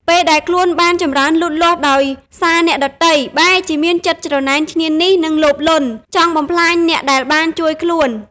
ពេលដែលខ្លួនបានចម្រើនលូតលាស់ដោយសារអ្នកដទៃ បែរជាមានចិត្តច្រណែនឈ្នានីស និងលោភលន់ ចង់បំផ្លាញអ្នកដែលបានជួយខ្លួន។